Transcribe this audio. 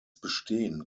bestehen